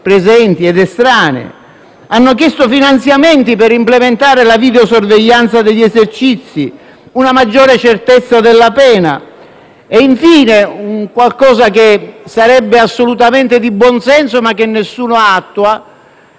presenti ed estranee. Hanno chiesto finanziamenti per implementare la videosorveglianza degli esercizi; una maggiore certezza della pena e infine, una norma che sarebbe assolutamente di buon senso ma che nessuno attua: